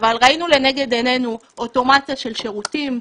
ראינו לנגד עינינו אוטומציה של שירותים,